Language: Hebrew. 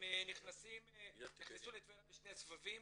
נכנסו לטבריה בשני סבבים.